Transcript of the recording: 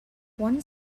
one